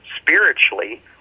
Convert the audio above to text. Spiritually